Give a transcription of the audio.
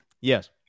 Yes